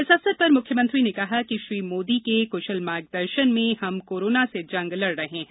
इस अवसर पर मुख्यमंत्री ने कहा कि प्रधानमंत्री मोदी जी के क्शल मार्गदर्शन में हम कोरोना से जंग लड़ रहे हैं